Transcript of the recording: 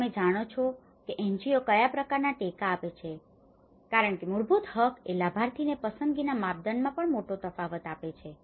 તમે જાણો છો કે NGO કયા પ્રકારનાં ટેકા આપે છે કારણ કે મૂળભૂત હક એ લાભાર્થીને પસંદગીના માપદંડમાં પણ મોટો તફાવત પાડે છે